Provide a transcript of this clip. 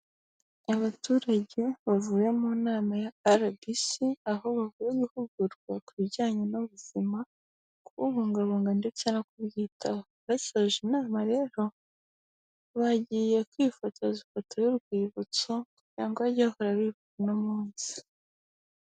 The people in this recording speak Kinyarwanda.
Abaturage bavuye mu nama ya RBC, aho bavuye guhugurwa ku bijyanye n'ubuzima, kububungabunga ndetse no kubwitaho. Basoje inama rero, bagiye kwifotoza ifoto y'urwibutso kugira ngo bajye bahora bibuka uno munsi.